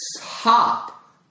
hop